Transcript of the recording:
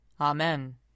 Amen